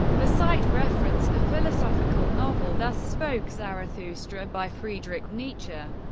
the site referenced the philosophical novel thus spoke zarathustra by friedrich nietzsche,